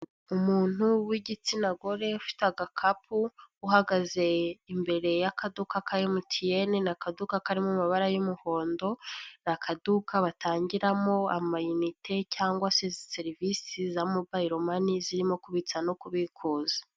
Umuntu w'igitsina gore ufite agakapu, uhagaze imbere y'akaduka ka MTN ni akaduga kari mu mabara y'umuhondo, ni akaduka batangiramo amayinite cyangwa se serivisi za mobile mani zirimo kubitsa no kubikuza.